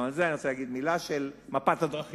גם על זה אני רוצה להגיד מלה, של מפת הדרכים.